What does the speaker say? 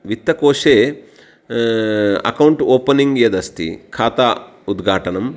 वित्तकोशे account opening यदस्ति खाता उद्घाटनं